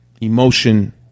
emotion